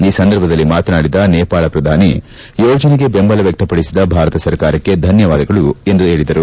ಈ ಸಂದರ್ಭದಲ್ಲಿ ಮಾತನಾಡಿದ ನೇಪಾಳ ಪ್ರಧಾನಿ ಯೋಜನೆಗೆ ಬೆಂಬಲ ವ್ಯಕ್ತಪಡಿಸಿದ ಭಾರತ ಸರ್ಕಾರಕ್ಕೆ ಧನ್ಯವಾದ ಸಲ್ಲಿಸಿದರು